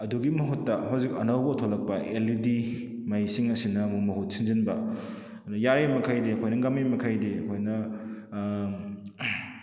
ꯑꯗꯨꯒꯤ ꯃꯍꯨꯠꯇ ꯍꯧꯖꯤꯛ ꯑꯅꯧꯕ ꯊꯣꯛꯂꯛꯄ ꯑꯦꯜ ꯏ ꯗꯤ ꯃꯩꯁꯤꯡ ꯑꯁꯤꯅ ꯑꯃꯨꯛ ꯃꯍꯨꯠ ꯁꯤꯟꯖꯤꯟꯕ ꯑꯗꯨ ꯌꯥꯔꯤ ꯃꯈꯩꯗꯤ ꯑꯩꯈꯣꯏꯅ ꯉꯝꯂꯤ ꯃꯈꯩꯗꯤ ꯑꯩꯈꯣꯏꯅ